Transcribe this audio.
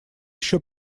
еще